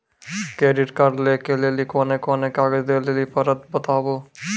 Credit card लै के लेली कोने कोने कागज दे लेली पड़त बताबू?